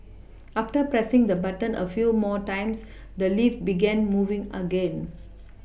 after pressing the button a few more times the lift began moving again